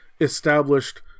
established